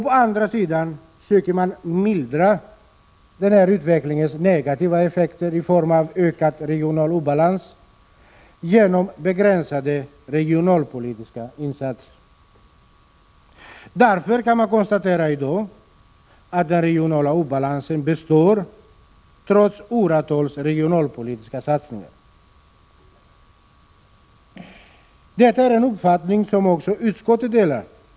Å andra sidan söker man mildra den utvecklingens negativa effekter i form av ökad regional obalans genom begränsade regionalpolitiska insatser. Därför kan man i dag konstatera att den regionala obalansen består trots åratals regionalpolitiska satsningar. Detta är en uppfattning som också utskottet delar.